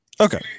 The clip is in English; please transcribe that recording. Okay